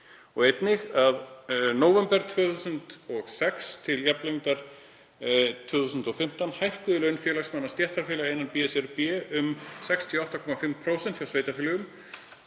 Einnig: „nóvember 2006 til jafnlengdar 2015 hækkuðu laun félagsmanna stéttarfélaga innan BSRB um 68,5% hjá sveitarfélögum